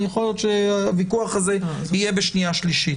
יכול להיות שהוויכוח הזה יהיה בשנייה-שלישית.